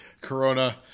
corona